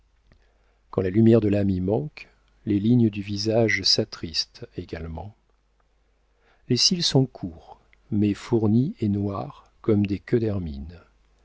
quand la lumière de l'âme y manque les lignes du visage s'attristent également les cils sont courts mais fournis et noirs comme des queues d'hermine